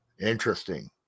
Interesting